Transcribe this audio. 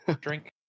drink